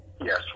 Yes